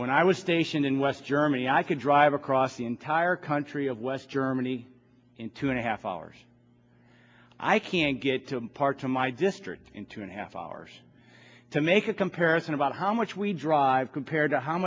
when i was stationed in west germany i could drive across the entire country of west germany in two and a half hours i can get to park to my district in two and a half hours to make a comparison about how much we drive compared to how